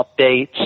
updates